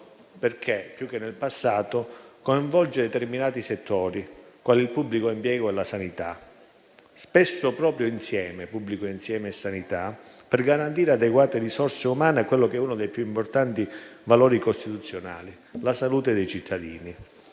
perché, più che nel passato, coinvolge determinati settori, quali il pubblico impiego e la sanità, spesso insieme, per garantire adeguate risorse umane a quello che è uno dei più importanti valori costituzionali, la salute dei cittadini.